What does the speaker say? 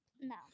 No